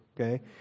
okay